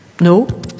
No